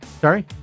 Sorry